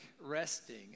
resting